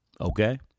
Okay